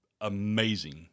amazing